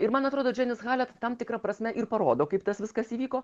ir man atrodo džianis halet tam tikra prasme ir parodo kaip tas viskas įvyko